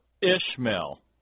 Ishmael